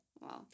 Wow